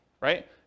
right